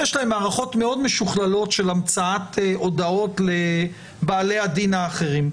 יש להם מערכות מאוד משוכללות של המצאת הודעות לבעלי הדין האחרים.